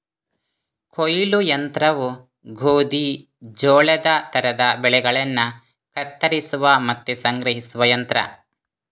ಕೊಯ್ಲು ಯಂತ್ರವು ಗೋಧಿ, ಜೋಳದ ತರದ ಬೆಳೆಗಳನ್ನ ಕತ್ತರಿಸುವ ಮತ್ತೆ ಸಂಗ್ರಹಿಸುವ ಯಂತ್ರ